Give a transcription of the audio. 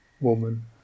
woman